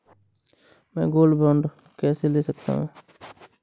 मैं gold bond कैसे ले सकता हूँ?